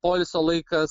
poilsio laikas